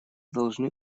должны